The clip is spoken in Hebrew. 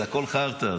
זה הכול חרטא.